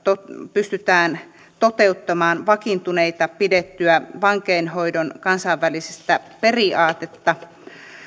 pystytään toteuttamaan vakiintuneena pidettyä vankeinhoidon kansainvälistä periaatetta